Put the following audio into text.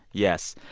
yes.